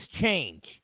change